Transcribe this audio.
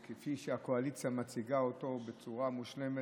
וכפי שהקואליציה מציגה אותו בצורה מושלמת,